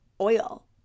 oil